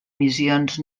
missions